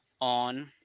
on –